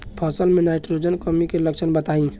फसल में नाइट्रोजन कमी के लक्षण बताइ?